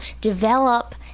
develop